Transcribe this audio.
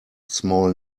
small